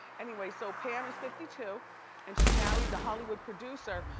anyway, so pam is fifty two and she married the hollywood producer,